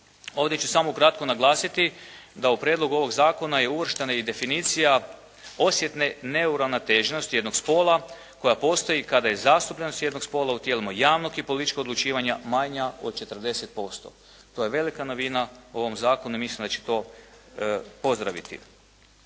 Ovdje ću samo kratko naglasiti da u prijedlogu ovog zakona je uvrštena i definicija osjetne neuravnoteženosti jednog spola koja postoji kada je zastupljenost jednog spola u tijelima javnog i političkog odlučivanja manja od 40%. To je velika novina u ovom zakonu i mislim da će to pozdraviti.